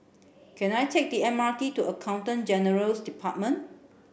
can I take the M R T to Accountant General's Department